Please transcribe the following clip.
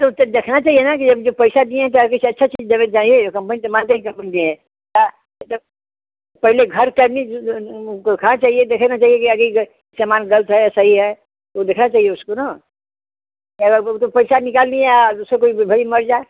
तो उसे देखना चाहिए ना कि अब जब जो पैसा दिए हैं तो आगे से अच्छा चीज़ जावे जाइए कंपनी सामानते हैं कि पहले घर करनी चाहिए देखना चाहिए की यदि सामान ग़लत है सही है वह देखना चाहिए उसको ना अरे वह तो पैसा निकाल लिया है और दूसरा कोई भले मर जाए